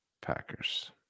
Packers